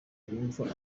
yumva